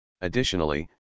Additionally